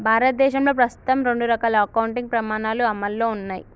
భారతదేశంలో ప్రస్తుతం రెండు రకాల అకౌంటింగ్ ప్రమాణాలు అమల్లో ఉన్నయ్